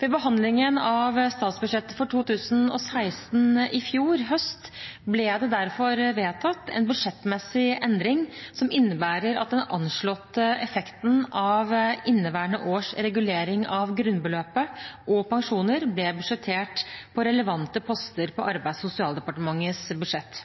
Ved behandlingen av statsbudsjettet for 2016 i fjor høst ble det derfor vedtatt en budsjettmessig endring som innebærer at den anslåtte effekten av inneværende års regulering av grunnbeløpet og pensjoner ble budsjettert på relevante poster på Arbeids- og sosialdepartementets budsjett.